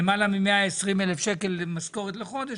למעלה מ-120,000 שקל משכורת לחודש,